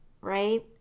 Right